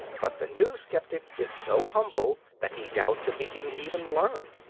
but the new sceptic is so humble that he doubts if he can even learn.